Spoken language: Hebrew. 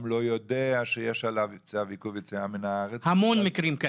לא יודע שיש עליו עיכוב יציאה מן הארץ -- המון מקרים כאלה.